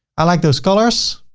i like those colors,